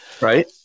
right